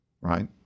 right